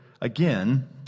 again